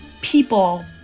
people